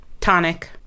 Tonic